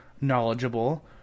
knowledgeable